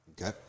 Okay